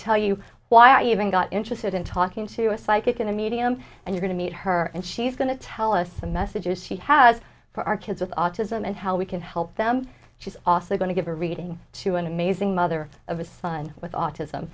tell you why i even got interested in talking to a psychic in a medium and you got to meet her and she's going to tell us the messages she has for our kids with autism and how we can help them she's also going to give a reading to an amazing mother of a son with autism